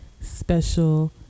special